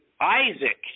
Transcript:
Isaac